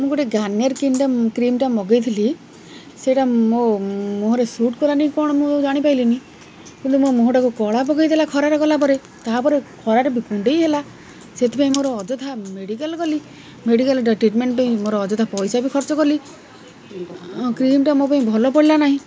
ମୁଁ ଗୋଟେ ଗାର୍ନିଅର୍ କ୍ରିମ୍ଟେ କ୍ରିମ୍ଟା ମଗେଇଥିଲି ସେଇଟା ମୋ ମୁହଁରେ ସୁଟ୍ କଲାନି କ'ଣ ମୁଁ ଜାଣିପାରିଲିନି କିନ୍ତୁ ମୋ ମୁହଁଟାକୁ କଳା ପକେଇଦେଲା ଖରାରେ ଗଲାପରେ ତା'ପରେ ଖରାରେ ବି କୁଣ୍ଡେଇ ହେଲା ସେଥିପାଇଁ ମୋର ଅଯଥା ମେଡ଼ିକାଲ୍ ଗଲି ମେଡ଼ିକାଲ୍ଟା ଟ୍ରିଟ୍ମେଣ୍ଟ୍ ପାଇଁ ମୋର ଅଯଥା ପଇସା ବି ଖର୍ଚ୍ଚ କଲି ଆଉ କ୍ରିମ୍ଟା ମୋ ପାଇଁ ଭଲ ପଡ଼ିଲା ନାହିଁ